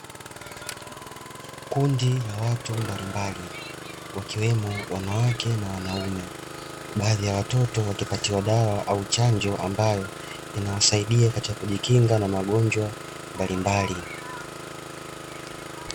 Kundi la watu mbalimbali wakiwemo wanawake na wanaume, baadhi ya watoto wakipatiwa dawa au chanjo ambayo inawasaidia katika kujikinga na magonjwa mbalimbali.